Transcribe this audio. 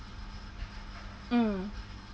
mm